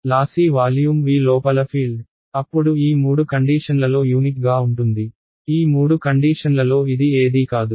lossy volume V లోపల field అప్పుడు ఈ మూడు కండీషన్లలో యూనిక్ గా ఉంటుంది ఈ మూడు కండీషన్లలో ఇది ఏదీ కాదు